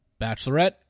Bachelorette